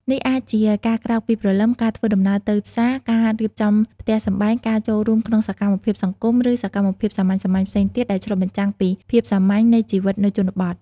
នេះអាចជាការក្រោកពីព្រលឹម ការធ្វើដំណើរទៅផ្សារ ការរៀបចំផ្ទះសម្បែង ការចូលរួមក្នុងសកម្មភាពសង្គម ឬសកម្មភាពសាមញ្ញៗផ្សេងទៀតដែលឆ្លុះបញ្ចាំងពីភាពសាមញ្ញនៃជីវិតនៅជនបទ។